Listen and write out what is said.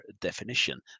definition